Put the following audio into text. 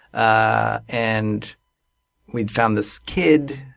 ah and we'd found this kid,